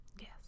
Yes